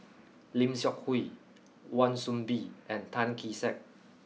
lim Seok Hui Wan Soon Bee and Tan Kee Sek